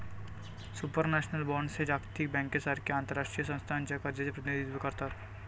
supranational bonds हे जागतिक बँकेसारख्या आंतरराष्ट्रीय संस्थांच्या कर्जाचे प्रतिनिधित्व करतात